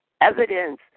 evidence